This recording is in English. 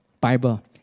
Bible